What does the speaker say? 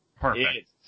Perfect